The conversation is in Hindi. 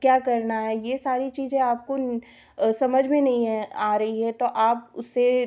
क्या करना है यह सारी चीज़ें आपको समझ में नहीं आ रही है तो आप उसे